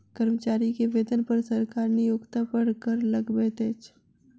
कर्मचारी के वेतन पर सरकार नियोक्ता पर कर लगबैत अछि